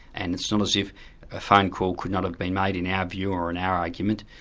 and it's not as if a phone call could not have been made, in our view, or in our argument,